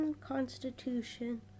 Constitution